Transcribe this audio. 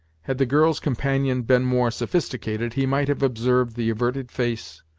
had the girl's companion been more sophisticated, he might have observed the averted face,